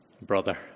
brother